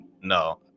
no